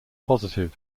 positive